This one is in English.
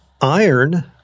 iron